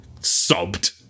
sobbed